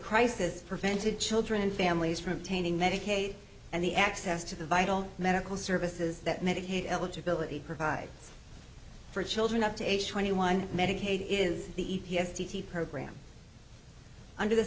crisis prevented children and families from taining medicaid and the access to the vital medical services that medicaid eligibility provide for children up to age twenty one medicaid is the e t f t t program under the